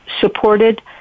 supported